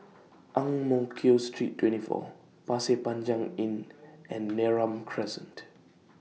Ang Mo Kio Street twenty four Pasir Panjang Inn and Neram Crescent